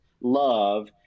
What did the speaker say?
love –